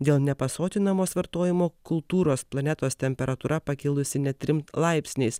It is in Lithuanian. dėl nepasotinamos vartojimo kultūros planetos temperatūra pakilusi net trim laipsniais